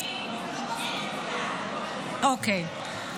אוקיי,